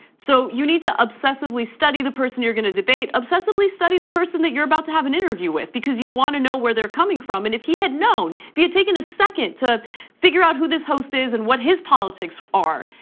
so you need to obsessively study the person you're gonna debate, obsessively study the person that you're about to have an interview with. because you want to know where they're coming from and if he had known, if he had taken a second to figure out who this host is and what his politics are,